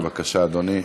בבקשה, אדוני.